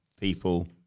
people